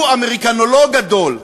הוא אמריקנולוג גדול.